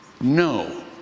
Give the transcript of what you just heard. No